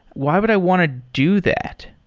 why would i want to do that?